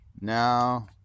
now